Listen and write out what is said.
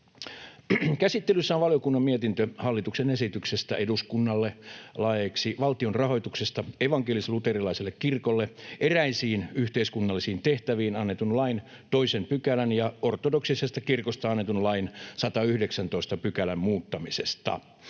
Käsittelyssä on valiokunnan mietintö hallituksen esityksestä eduskunnalle laeiksi valtion rahoituksesta evankelis-luterilaiselle kirkolle eräisiin yhteiskunnallisiin tehtäviin annetun lain 2 §:n ja ortodoksisesta kirkosta annetun lain 119 §:n muuttamisesta.